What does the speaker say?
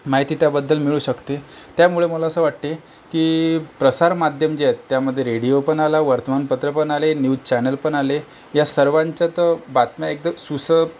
माहिती त्याबद्दल मिळू शकते त्यामुळे मला असे वाटते की प्रसारमाध्यम जे आहेत त्यामध्ये रेडिओ पण आला वर्तमानपत्र पण आले न्यूज चॅनल पण आले या सर्वांच्या तर बातम्या एकदम सु स